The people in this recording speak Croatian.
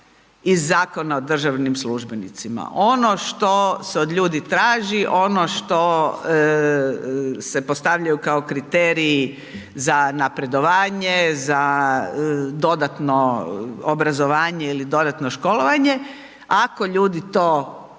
iz Zakona o državnim službenicima, ono što se od ljudi traži, ono što se postavljaju kao kriteriji za napredovanje, za dodatno obrazovanje ili dodatno školovanje. Ako ljudi to odrade